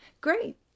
great